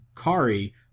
Kari